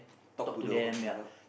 talk to the